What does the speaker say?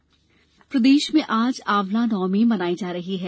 आंवला नवमी प्रदेश में आज आंवला नवमी मनाई जा रही है